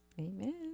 Amen